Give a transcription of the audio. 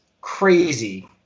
crazy